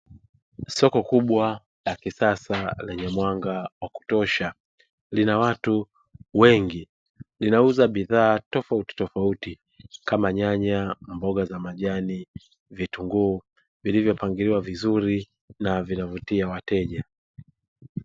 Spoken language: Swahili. Soko kubwa la kisasa lenye mwanga wa kutosha, lina watu wengi. Linauza bidhaa tofautitofauti, kama: nyanya, mboga za majani; vitunguu vilivyopangiliwa vizuri na vinavutia wateja.